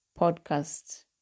podcast